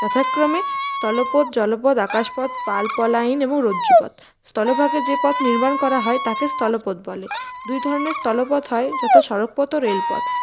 যথাক্রমে স্থলপথ জলপথ আকাশপথ পালপলাইন এবং রজ্জুপথ স্থলভাগে যে পথ নির্মাণ করা হয় তাকে স্থলপথ বলে দুই ধরনের স্থলপথ হয় যথা সড়কপথ ও রেলপথ